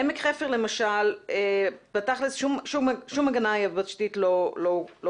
עמק חפר למשל, בתכל'ס שום הגנה יבשתית לא בוצעה.